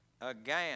Again